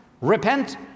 Repent